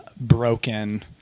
broken